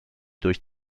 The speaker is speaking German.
durch